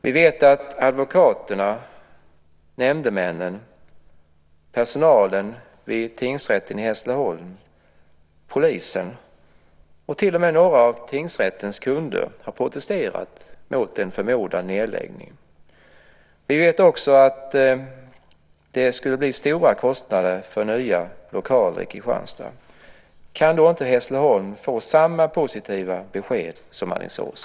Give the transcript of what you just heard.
Vi vet att advokaterna, nämndemännen, personalen vid tingsrätten i Hässleholm, polisen och till och med några av tingsrättens kunder har protesterat mot en förmodad nedläggning. Vi vet också att det skulle bli stora kostnader för nya lokaler i Kristianstad. Kan då inte Hässleholm få samma positiva besked som Alingsås?